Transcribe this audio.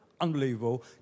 unbelievable